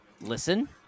Listen